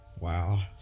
Wow